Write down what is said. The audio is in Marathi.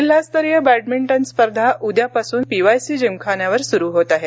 जिल्हास्तरीय बॅडमिंटन स्पर्धा उद्यापासून पीवायसी जिमखाना इथं सुरू होत आहे